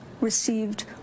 received